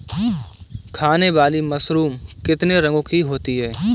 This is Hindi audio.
खाने वाली मशरूम कितने रंगों की होती है?